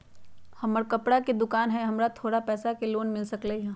हमर कपड़ा के दुकान है हमरा थोड़ा पैसा के लोन मिल सकलई ह?